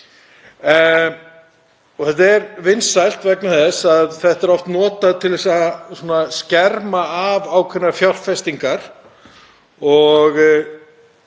Þetta er vinsælt vegna þess að þetta er oft notað til þess að skerma af ákveðnar fjárfestingar og